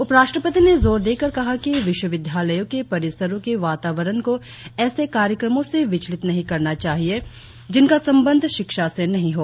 उपराष्ट्रपति ने जोर देकर कहा कि विश्वविद्यालायों के परिसरों के वातावरण को ऐसे कार्यक्रमों से विचलित नहीं करना चाहिए जिनका संबंध शिक्षा से नहीं हो